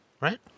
Right